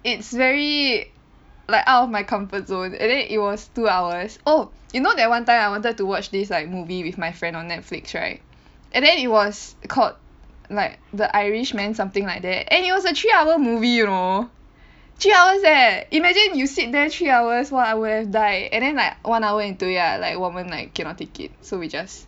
it's very like out of my comfort zone and then it was two hours oh you know that one time I wanted to watch this like movie with my friend on Netflix right and then it was called like The Irish Man something like that and it was a three hour movie you know three hours leh imagine you sit there three hours !wah! I would have died and then like one hour into ya like 我们 like cannot take it so we just